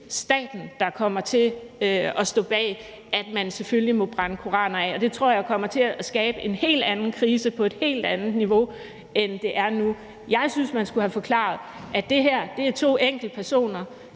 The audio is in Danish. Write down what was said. staten, der kommer til at stå bag, at man selvfølgelig må brænde koraner af. Og det tror jeg kommer til at skabe en helt anden krise på et helt andet niveau, end det er på nu. Jeg synes, man skulle have forklaret, at det her er to enkeltpersoner,